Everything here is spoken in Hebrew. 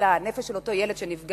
הנפש של אותו ילד שנפגע,